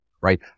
right